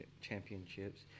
Championships